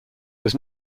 was